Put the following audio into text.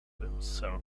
himself